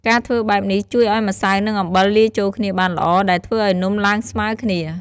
ការធ្វើបែបនេះជួយឱ្យម្សៅ និងអំបិលលាយចូលគ្នាបានល្អ ដែលធ្វើឱ្យនំឡើងស្មើគ្នា។